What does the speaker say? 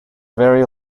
very